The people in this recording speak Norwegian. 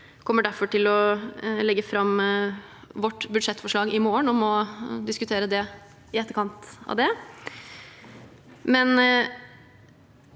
Vi kommer derfor til å legge fram vårt budsjettforslag i morgen og må diskutere det i etterkant av det.